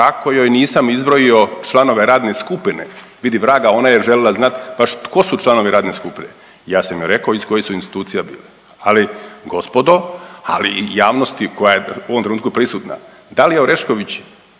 kako joj nisam izbrojao članove radne skupine. Vidi vraga, ona je želila znati baš tko su članovi radne skupine. Ja sam joj rekao iz kojih su institucija bili, ali gospodo ali i javnosti koja je u ovom trenutku prisutna. Dalija Orešković